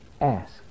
Ask